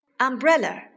Umbrella